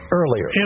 earlier